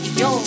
yo